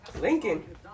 Lincoln